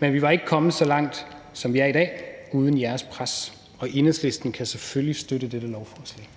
men vi var ikke kommet så langt, som vi er i dag, uden jeres pres. Enhedslisten kan selvfølgelig støtte dette lovforslag.